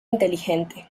inteligente